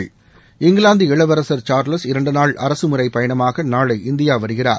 மூ இங்கிலாந்து இளவரசர் சார்லஸ் இரன்டுநாள் அரசுமுறைப் பயணமாக நாளை இந்தியா வருகிறார்